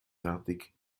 fertig